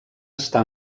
està